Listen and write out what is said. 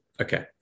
okay